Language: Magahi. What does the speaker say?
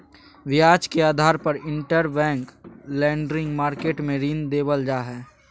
ब्याज के आधार पर इंटरबैंक लेंडिंग मार्केट मे ऋण देवल जा हय